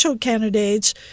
candidates